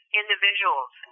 individuals